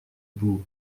boue